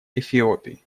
эфиопии